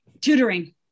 tutoring